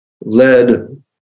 led